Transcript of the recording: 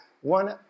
one